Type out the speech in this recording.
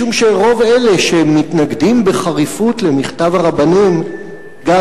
משום שרוב אלה שמתנגדים בחריפות למכתב הרבנים גם